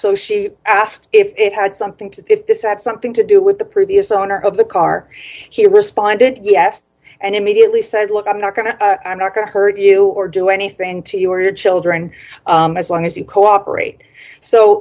so she asked if he had something to if this had something to do with the previous owner of the car he responded yes and immediately said look i'm not going to i'm not going to hurt you or do anything to you or your children as long as you cooperate so